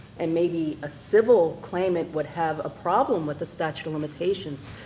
and maybe a civil claimant would have a problem with the statute of limitations,